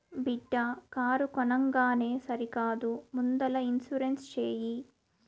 బిడ్డా కారు కొనంగానే సరికాదు ముందల ఇన్సూరెన్స్ చేయి